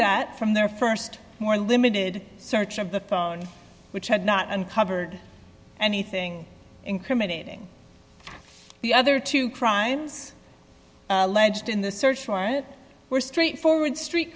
that from their st more limited search of the phone which had not uncovered anything incriminating the other two crimes alleged in the search warrant were straightforward street